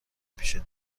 پیش